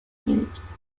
phillips